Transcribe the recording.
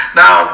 now